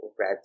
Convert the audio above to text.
red